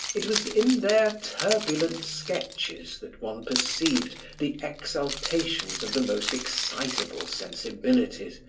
it was in their turbulent sketches that one perceived the exaltations of the most excitable sensibilities,